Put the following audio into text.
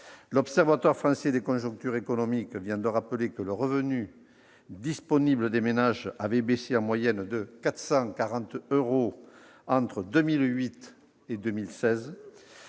L'Observatoire français des conjonctures économiques, l'OFCE, vient de rappeler que le revenu disponible des ménages avait baissé en moyenne de 440 euros entre 2008 et 2016.